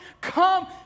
come